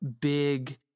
big